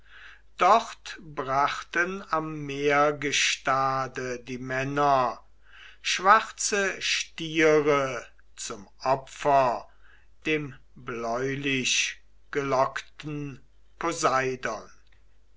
dort brachten am meergestade die männer schwarze stiere zum opfer dem bläulichgelockten